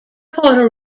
puerto